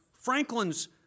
franklin's